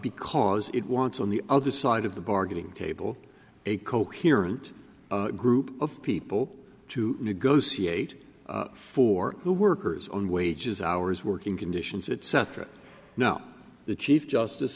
because it wants on the other side of the bargaining table a coherent group of people to negotiate for the workers on wages hours working conditions etc now the chief justice